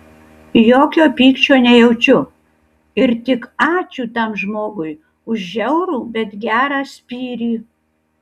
jokio pykčio nejaučiu ir tik ačiū tam žmogui už žiaurų bet gerą spyrį